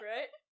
Right